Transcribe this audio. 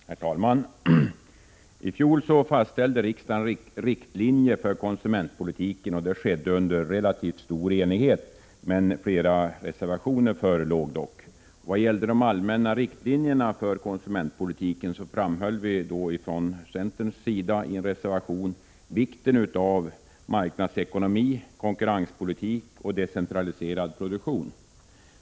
Herr talman! I fjol fastställde riksdagen riktlinjer för konsumentpolitiken, och det skedde i relativt stor enighet. Flera reservationer förelåg dock. När det gällde de allmänna riktlinjerna för konsumentpolitiken framhöll vi från centerns sida i en reservation vikten av marknadsekonomi, konkurrenspolitik och decentraliserad produktion.